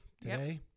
Today